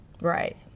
Right